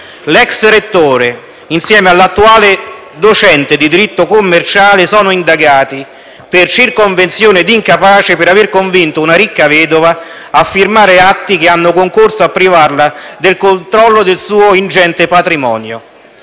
L'ex rettore, insieme all'attuale docente di diritto commerciale, sono indagati per circonvenzione di incapace, per aver convinto una ricca vedova a firmare atti che hanno concorso a privarla del controllo del suo ingente patrimonio.